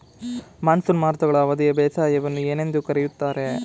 Monsoon ಮಾರುತಗಳ ಅವಧಿಯ ಬೇಸಾಯವನ್ನು ಏನೆಂದು ಕರೆಯುತ್ತಾರೆ?